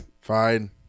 Fine